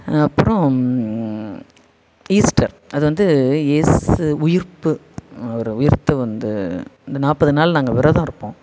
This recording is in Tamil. அப்புறம் ஈஸ்டர் அது வந்து இயேசு உயிர்ப்பு ஒரு உயிர்த்து வந்து இந்த நாற்பது நாள் நாங்கள் விரதம் இருப்போம்